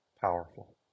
powerful